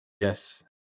yes